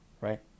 right